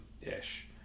ish